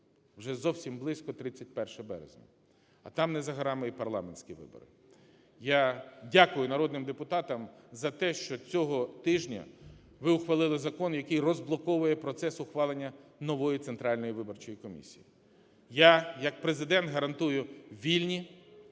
Вже зовсім близько 31 березня, а там не за горами і парламентські вибори. Я дякую народним депутатам за те, що цього тижня ви ухвалили закон, який розблоковує процес ухвалення нової Центральної виборчої комісії. Я як Президент гарантую вільні,